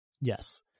yes